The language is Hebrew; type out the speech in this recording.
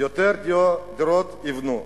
יותר דירות ייבנו.